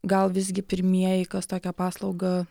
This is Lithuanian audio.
gal visgi pirmieji kas tokią paslaugą